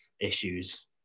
issues